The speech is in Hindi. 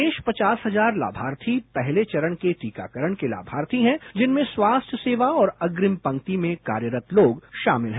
शेष पचास हजार लाभार्थी पहले चरण के टीकाकरण के लाभार्थी हैं जिनमें स्वास्थ्य सेवा और अग्रिम पंक्ति में कार्यरत लोग शामिल हैं